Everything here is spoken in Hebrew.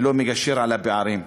ולא מגשר על הפערים.